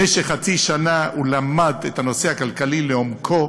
במשך חצי שנה הוא למד את הנושא הכלכלי לעומקו,